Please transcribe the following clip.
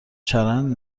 چرند